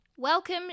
Welcome